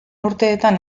urteetan